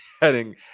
heading